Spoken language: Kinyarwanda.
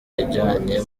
yajyanye